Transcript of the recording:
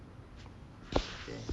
ya